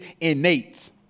innate